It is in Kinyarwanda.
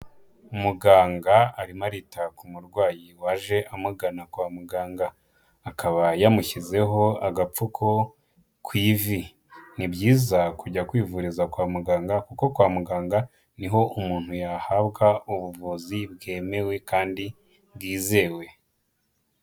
Umuganga arimo arita kumurwayi waje amugana kwa mu ganganga. akaba yamushyiraho agapfuko ku ivi. nibyiza kujya kwivuriza kwa muganga, kuko kwamuganga niho umuntu yahabwa ubuvuzi bwemewe kandi bwizewe.